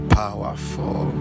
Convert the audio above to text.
powerful